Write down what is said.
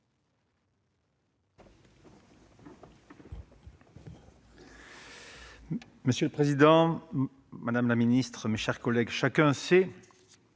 Monsieur le président, madame la ministre, mes chers collègues, chacun sait